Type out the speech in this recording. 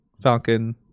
Falcon